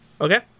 Okay